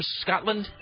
scotland